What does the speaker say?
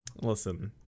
Listen